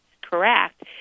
correct